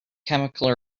chemical